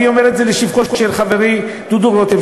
אני אומר את זה לשבחו של חברי דודו רותם,